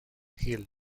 hill